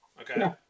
Okay